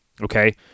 okay